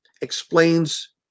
explains